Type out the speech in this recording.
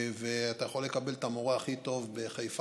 ואתה יכול לקבל את המורה הכי טוב בחיפה,